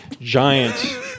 giant